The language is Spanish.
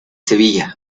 sevilla